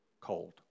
cold